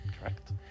Correct